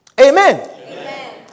Amen